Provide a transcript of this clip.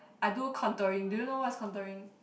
I do contouring do you know what's contouring